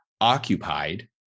occupied